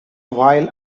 while